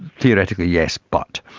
theoretically yes, but.